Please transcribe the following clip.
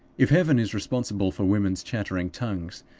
if heaven is responsible for women's chattering tongues,